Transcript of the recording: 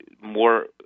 more